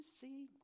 see